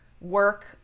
work